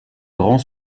grand